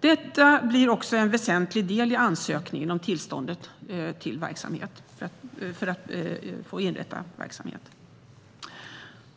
Detta blir också en väsentlig del i ansökningen om tillstånd för att få inrätta verksamhet.